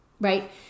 Right